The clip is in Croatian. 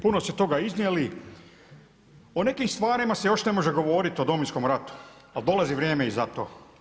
Puno ste toga iznijeli, o nekim stvarima se još ne može govorit o Domovinskom ratu, ali dolazi vrijeme i za to.